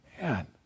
Man